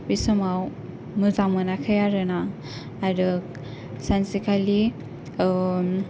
बे समाव मोजां मोनोखै आरो ना आरो सानसे खालि